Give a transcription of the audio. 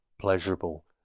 pleasurable